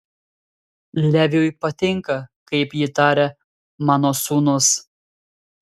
leviui patinka kaip ji taria mano sūnus